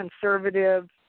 conservative